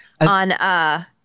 on